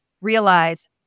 realize